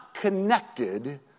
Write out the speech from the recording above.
connected